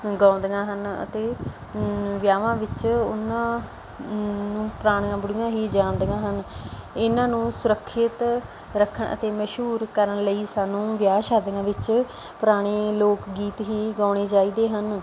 ਗਾਉਂਦੀਆਂ ਹਨ ਅਤੇ ਵਿਆਹਾਂ ਵਿੱਚ ਉਨ੍ਹਾਂ ਪੁਰਾਣੀਆਂ ਬੁੱਢੀਆਂ ਹੀ ਜਾਣਦੀਆਂ ਹਨ ਇਹਨਾਂ ਨੂੰ ਸੁਰੱਖਿਅਤ ਰੱਖਣ ਅਤੇ ਮਸ਼ਹੂਰ ਕਰਨ ਲਈ ਸਾਨੂੰ ਵਿਆਹ ਸ਼ਾਦੀਆਂ ਵਿੱਚ ਪੁਰਾਣੇ ਲੋਕ ਗੀਤ ਹੀ ਗਾਉਣੇ ਚਾਹੀਦੇ ਹਨ